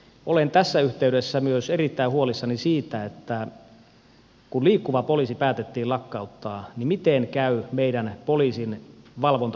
olen tässä yhteydessä myös erittäin huolissani siitä että kun liikkuva poliisi päätettiin lakkauttaa niin miten käy meidän poliisin valvontaresurssien